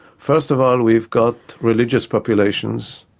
first of all we've got religious populations,